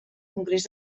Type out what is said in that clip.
congrés